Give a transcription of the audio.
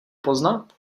poznat